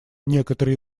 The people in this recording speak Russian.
некоторые